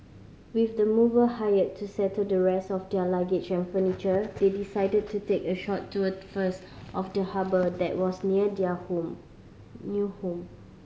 with the mover hired to settle the rest of their luggage and furniture they decided to take a short tour first of the harbour that was near their home new home